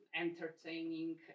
entertaining